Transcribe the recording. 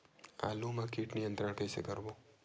आलू मा कीट नियंत्रण कइसे करबो?